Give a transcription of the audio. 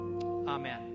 amen